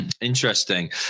Interesting